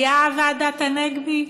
הייתה ועדת הנגבי?